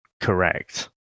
correct